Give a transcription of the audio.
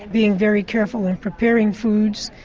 being very careful in preparing foods,